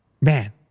Man